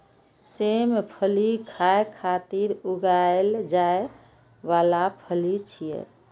सेम फली खाय खातिर उगाएल जाइ बला फली छियै